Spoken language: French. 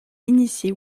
initié